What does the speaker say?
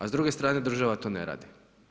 A s druge strane država to ne radi.